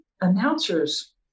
announcers